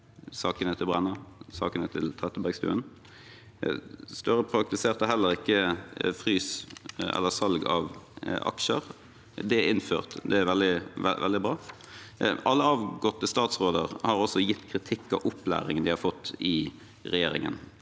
sakene til Anette Trettebergstuen. Støre-regjeringen praktiserte heller ikke frys eller salg av aksjer. Det er innført, og det er veldig bra. Alle avgåtte statsråder har også gitt kritikk av opplæringen de har fått i regjeringen